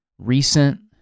recent